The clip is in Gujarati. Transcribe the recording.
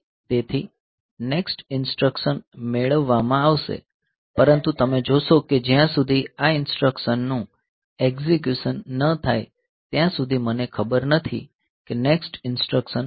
તેથી નેક્સ્ટ ઇન્સટ્રકશન મેળવવામાં આવશે પરંતુ તમે જોશો કે જ્યાં સુધી આ ઇન્સટ્રકશનનું એકઝીક્યુશન ન થાય ત્યાં સુધી મને ખબર નથી કે નેક્સ્ટ ઇન્સટ્રકશન આ છે કે નેક્સ્ટ ઇન્સટ્રકશન તે છે